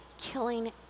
killing